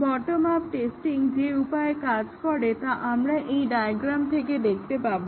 bottom up testing যে উপায় কাজ করে তা আমরা এই ডায়াগ্রাম থেকে দেখতে পাবো